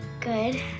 Good